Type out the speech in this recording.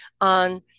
on